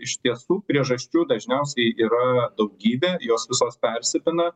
iš tiesų priežasčių dažniausiai yra daugybė jos visos persipina